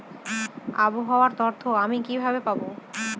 আবহাওয়ার তথ্য আমি কিভাবে পাবো?